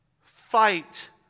Fight